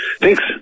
Thanks